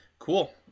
Cool